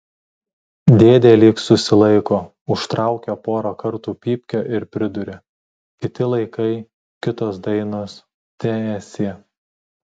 dėdė lyg susilaiko užtraukia porą kartų pypkę ir priduria kiti laikai kitos dainos teesie